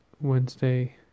Wednesday